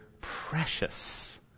precious